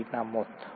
Marina moth